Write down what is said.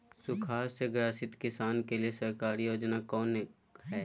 सुखाड़ से ग्रसित किसान के लिए सरकारी योजना कौन हय?